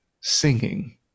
singing